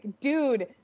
Dude